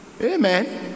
amen